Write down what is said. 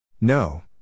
No